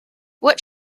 what